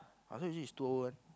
I thought usually is two O one